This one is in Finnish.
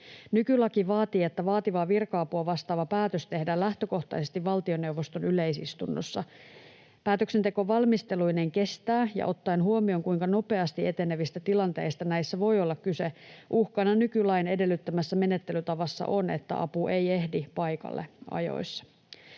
Nykylaki vaatii, että vaativaa virka-apua vastaava päätös tehdään lähtökohtaisesti valtioneuvoston yleisistunnossa. Päätöksenteko valmisteluineen kestää, ja ottaen huomioon, kuinka nopeasti etenevistä tilanteista näissä voi olla kyse, uhkana nykylain edellyttämässä menettelytavassa on, että apu ei ehdi paikalle ajoissa.